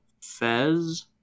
Fez